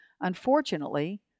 Unfortunately